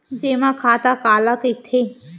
जेमा खाता काला कहिथे?